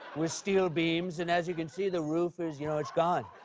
with steel beams. and as you can see, the roof is you know is gone.